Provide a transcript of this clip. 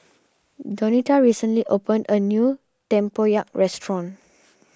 Donita recently opened a new Tempoyak restaurant